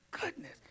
Goodness